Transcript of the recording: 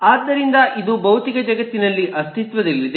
ಆದ್ದರಿಂದ ಇದು ಭೌತಿಕ ಜಗತ್ತಿನಲ್ಲಿ ಅಸ್ತಿತ್ವದಲ್ಲಿದೆ